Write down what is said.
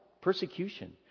persecution